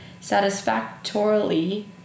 satisfactorily